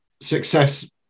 success